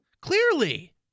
Clearly